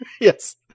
yes